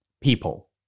People